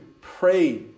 pray